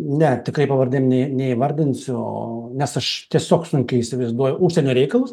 ne tiktai pavardėm ne neįvardinsiu nes aš tiesiog sunkiai įsivaizduoju užsienio reikalus